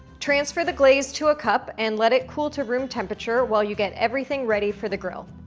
transfer the glaze to a cup and let it cool to room temperature while you get everything ready for the grill.